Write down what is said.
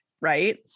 right